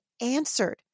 answered